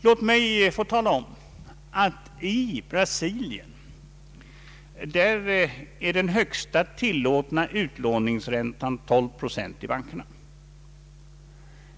Låt mig få tala om att den högsta tillåtna utlåningsräntan i bankerna i Brasilien är 12 procent.